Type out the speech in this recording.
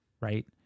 right